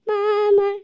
Mama